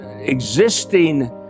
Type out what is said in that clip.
Existing